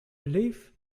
belief